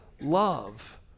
love